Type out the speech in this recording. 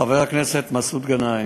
חבר הכנסת מסעוד גנאים,